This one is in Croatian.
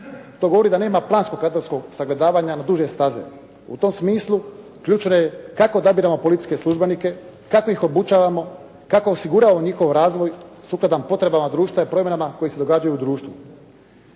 To govori da nema planskog … sagledavanja na duže staze. U tom smislu ključno je kako odabiremo policijske službenike, kako ih obučavamo, kako osiguravamo njihov razvoj sukladan potrebama društva i promjenama koje se događaju u društvu.